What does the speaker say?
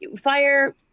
fire